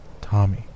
Tommy